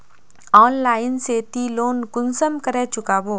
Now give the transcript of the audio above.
Online से ती loan कुंसम करे चुकाबो?